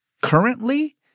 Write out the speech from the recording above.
currently